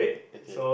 okay